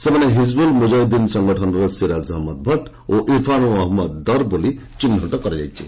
ସେମାନେ ହିଜବ୍ଲଲ ମୁକ୍ତାହିଦ୍ଦିନ ସଙ୍ଗଠନର ସିରାଜ ଅହମ୍ମଦ ଭଟ ଓ ଇରଫାନ୍ ଅହମଦ ଦର ବୋଲି ଚିହ୍ନଟ କରାଯାଇଛି